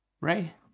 Ray